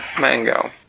mango